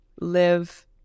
live